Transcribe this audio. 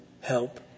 help